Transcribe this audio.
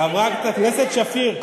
חברת הכנסת שפיר,